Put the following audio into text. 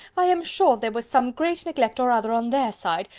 i am sure there was some great neglect or other on their side,